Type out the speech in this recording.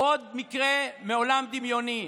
עוד מקרה מעולם דמיוני.